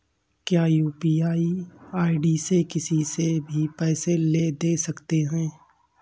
क्या UPI ID से किसी से भी पैसे ले दे सकते हैं?